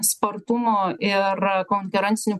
spartumo ir konkurencinių